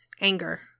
Anger